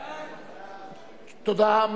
תודה.